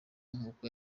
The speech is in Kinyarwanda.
nk’uko